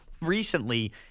recently